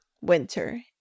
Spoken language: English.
winter